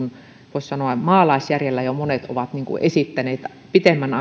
voisi sanoa jo maalaisjärjellä monet ovat esittäneet pitemmän